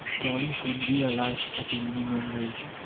toiling for dear life at a minimum wage.